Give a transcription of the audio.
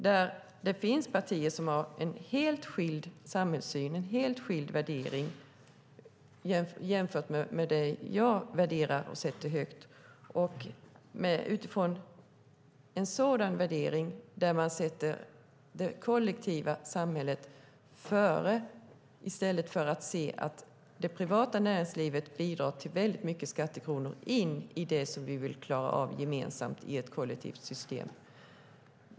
Det finns partier som har en helt skild samhällssyn och helt skilda värderingar från vad jag värderar och sätter högt. Med en sådan värdering sätter man det kollektiva samhället först i stället för att hellre se att det privata näringslivet bidrar med väldigt många skattekronor till det som vi vill klara av gemensamt i ett kollektivt system.